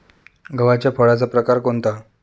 गव्हाच्या फळाचा प्रकार कोणता?